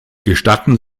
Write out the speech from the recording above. gestatten